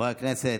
חברי הכנסת,